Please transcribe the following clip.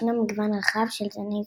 ישנו מגוון רחב של זני זיתים.